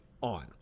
on